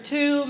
Two